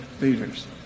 leaders